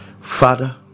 father